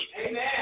Amen